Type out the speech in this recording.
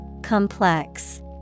Complex